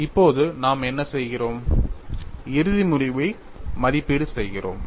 இப்போது நாம் என்ன செய்கிறோம் இறுதி முடிவை மதிப்பீடு செய்கிறோம்